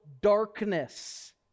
darkness